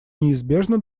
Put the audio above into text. неизбежно